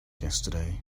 yesterday